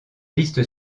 listes